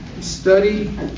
study